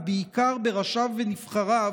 ובעיקר בראשיו ונבחריו,